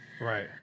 Right